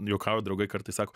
juokavo draugai kartais sako